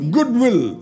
Goodwill